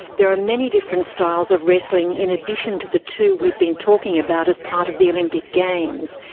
there are many different styles of wrestling in addition to the two we've been talking about as part of the olympic games.